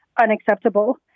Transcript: unacceptable